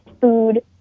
food